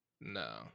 no